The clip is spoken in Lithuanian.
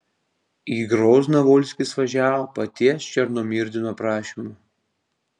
į grozną volskis važiavo paties černomyrdino prašymu